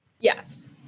Yes